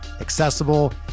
accessible